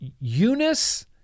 Eunice